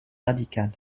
radical